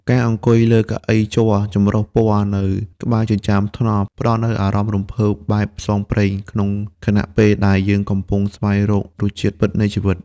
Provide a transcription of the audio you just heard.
ការអង្គុយលើកៅអីជ័រចម្រុះពណ៌នៅក្បែរចិញ្ចើមថ្នល់ ផ្តល់នូវអារម្មណ៍រំភើបបែបផ្សងព្រេង ក្នុងខណៈពេលដែលយើងកំពុងស្វែងរករសជាតិពិតនៃជីវិត។